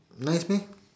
nice meh